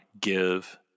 give